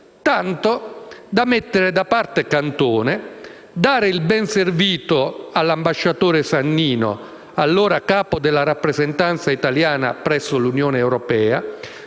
tanto da mettere da parte Cantone, dare il benservito all'ambasciatore Sannino (allora capo della Rappresentanza italiana presso l'Unione europea